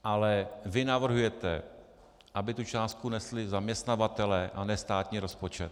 Ale vy navrhujete, aby tu částku nesli zaměstnavatelé, a ne státní rozpočet.